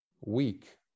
weak